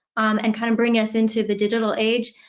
and kind of bring us into the digital age.